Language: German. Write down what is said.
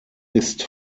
ist